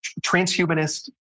transhumanist